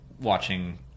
watching